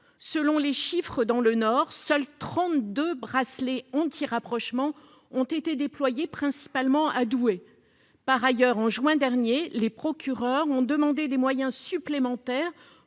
selon les chiffres, dans le Nord, seuls 32 bracelets anti-rapprochement ont été déployés, principalement à Douai. Par ailleurs, au mois de juin dernier, les procureurs ont demandé des moyens supplémentaires